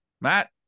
matt